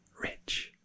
Rich